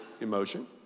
emotion